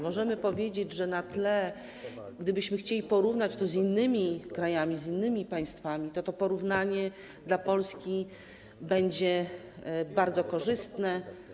Możemy powiedzieć, że gdybyśmy chcieli porównać to z innymi krajami, z innymi państwami, to porównanie dla Polski będzie bardzo korzystne.